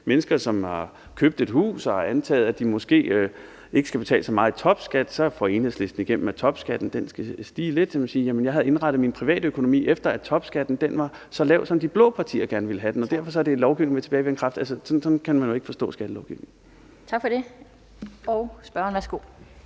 mennesker, som har købt et hus og antaget, at de måske ikke skulle betale så meget topskat, hvis Enhedslisten så får gennemført, at topskatten skal stige let, sige: Jamen jeg har indrettet min privatøkonomi efter, at topskatten var så lav, som de blå partier gerne ville have den, og derfor er det lovgivning med tilbagevirkende kraft. Altså, sådan kan man jo ikke forstå skattelovgivningen. Kl. 12:59 Den fg. formand